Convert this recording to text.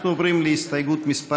אנחנו עוברים להסתייגות מס'